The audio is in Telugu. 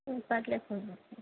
పర్లేదు ఫోన్ చేస్తాను